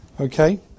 Okay